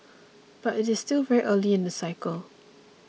but it is still very early in the cycle